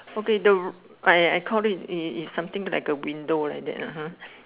okay the I I call it is is is something like a window like that lah ha